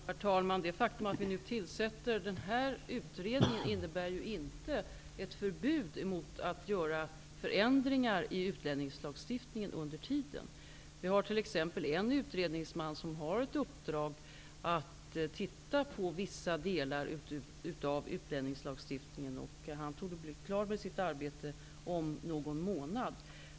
Herr talman! Det faktum att vi nu tillsätter den här utredningen innebär inte ett förbud mot förändringar i utlänningslagstiftningen under tiden utredningen pågår. Det finns t.ex. en utredningsman som har i uppdrag att se över vissa delar av utlänningslagstiftningen. Det arbetet torde bli klart om någon månad.